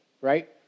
right